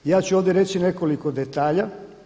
Ja ću ovdje reći nekoliko detalja.